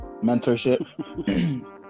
Mentorship